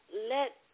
let